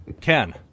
Ken